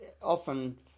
often